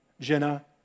Jenna